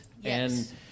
Yes